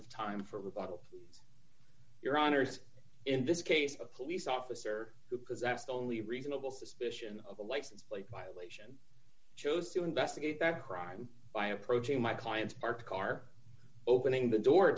of time for rebuttal your honour's in this case a police officer who possessed only reasonable suspicion of a license plate violation chose to investigate that crime by approaching my client's parked car opening the door